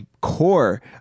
core